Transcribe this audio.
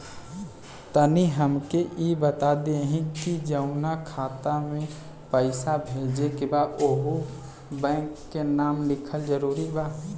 तनि हमके ई बता देही की जऊना खाता मे पैसा भेजे के बा ओहुँ बैंक के नाम लिखल जरूरी बा?